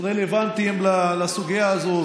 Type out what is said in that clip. הרלוונטיים לסוגיה הזאת,